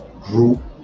group